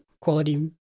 quality